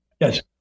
Yes